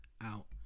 out